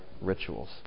rituals